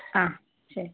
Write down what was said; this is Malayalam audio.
ആ ശരി